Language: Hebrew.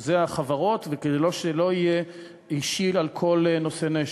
שזה החברות, כדי שזה לא יהיה על כל נושא נשק.